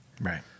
Right